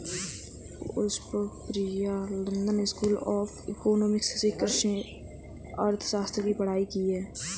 Pushpam Priya London School of Economics से कृषि अर्थशास्त्र की पढ़ाई की है